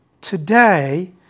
Today